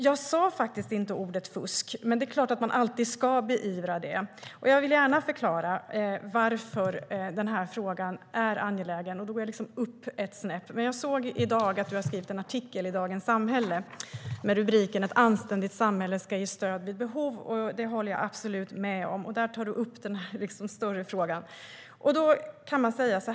Jag sa faktiskt inte ordet fusk, men det är klart att man alltid ska beivra det. Jag vill gärna förklara varför denna fråga är angelägen, och då går jag upp ett snäpp. Jag såg i dag att Bengt Eliasson har skrivit en artikel i Dagens Samhälle med rubriken "Ett anständigt samhälle ska ge stöd vid behov". Det håller jag absolut med om. Där tas den större frågan upp.